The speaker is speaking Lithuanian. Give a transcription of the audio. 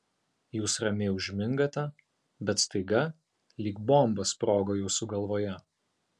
jūs ramiai užmingate bet staiga lyg bomba sprogo jūsų galvoje